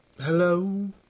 Hello